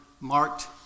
marked